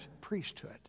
priesthood